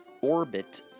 orbit